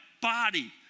body